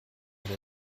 der